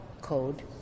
code